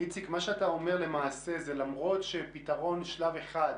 מה שאתה אומר, למעשה למרות שפתרון שלב 1,